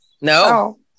No